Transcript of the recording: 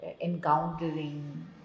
encountering